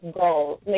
goals